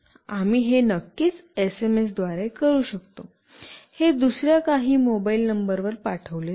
आम्ही हे नक्कीच एसएमएसद्वारे करू शकतो हे दुसर्या काही मोबाइल नंबरवर पाठविले जाईल